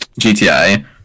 GTA